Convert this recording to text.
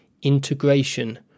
integration